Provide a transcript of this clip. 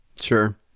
Sure